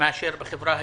מאשר בחברה היהודית.